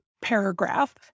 paragraph